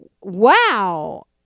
wow